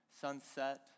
sunset